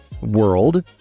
world